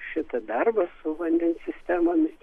šitą darbą su vandens sistemomis